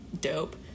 dope